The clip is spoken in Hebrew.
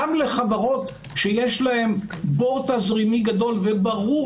גם לחברות שיש להן בור תזרימי גדול וברור